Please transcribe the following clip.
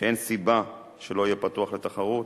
שאין סיבה שלא יהיה פתוח לתחרות.